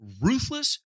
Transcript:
ruthless